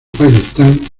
pakistán